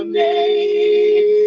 name